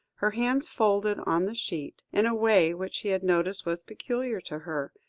her hands folded on the sheet, in a way which he had noticed was peculiar to her,